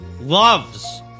Loves